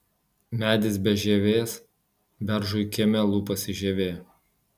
medis be žievės beržui kieme lupasi žievė